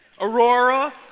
Aurora